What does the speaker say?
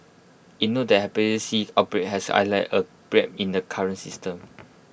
IT noted that Hepatitis C outbreak has highlighted A bred in the current system